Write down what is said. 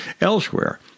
elsewhere